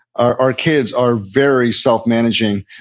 our kids are very self-managing.